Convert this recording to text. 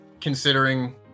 considering